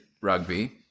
Rugby